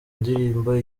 ndirimbo